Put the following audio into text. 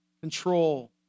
control